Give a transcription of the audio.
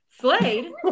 Slade